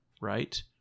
right